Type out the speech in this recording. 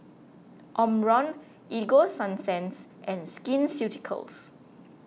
Omron Ego Sunsense and Skin Ceuticals